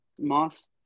Moss